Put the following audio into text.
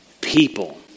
people